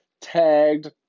tagged